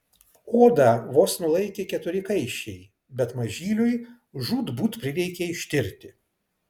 odą vos nulaikė keturi kaiščiai bet mažyliui žūtbūt prireikė ištirti